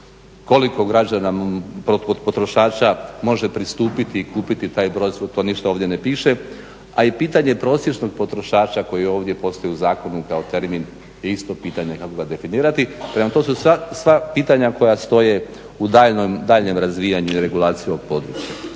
Koliko građana potrošača može pristupiti i kupiti taj proizvod, to ništa ovdje ne piše. A i pitanje prosječnog potrošača koji ovdje postoji u zakonu kao termin je isto pitanje kako ga definirati. Prema tome, to su sva pitanja koja stoje u daljnjem razvijanju regulacije ovog područja.